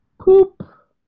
Poop